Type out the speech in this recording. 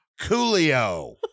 Coolio